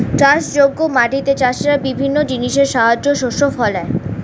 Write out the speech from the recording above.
চাষযোগ্য মাটিতে চাষীরা বিভিন্ন জিনিসের সাহায্যে শস্য ফলায়